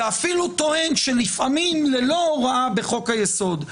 ואפילו טוען שלפעמים ללא הוראה בחוק היסוד,